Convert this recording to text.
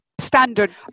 standard